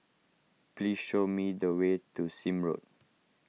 please show me the way to Sime Road